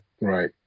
Right